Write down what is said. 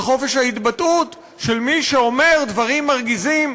על חופש ההתבטאות של מי שאומר דברים מרגיזים,